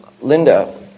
Linda